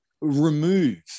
remove